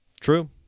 True